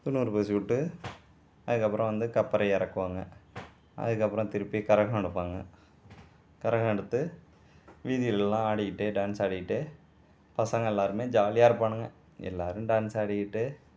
துந்நூறு பூசிவிட்டு அதுக்கப்புறம் வந்து கப்பற இறக்குவாங்க அதுக்கப்புறம் திருப்பி கரகம் எடுப்பாங்கள் கரகம் எடுத்து வீதியெல்லாம் ஆடிக்கிட்டே டான்ஸ் ஆடிக்கிட்டு பசங்க எல்லாருமே ஜாலியாக இருப்பாணுங்க எல்லாரும் டான்ஸ் ஆடிக்கிட்டு